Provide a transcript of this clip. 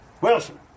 Wilson